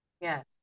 Yes